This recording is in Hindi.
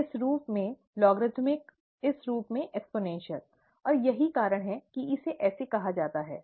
इस रूप में लघुगणक इस रूप में घातीय और यही कारण है कि इसे ऐसा कहा जाता है